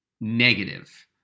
negative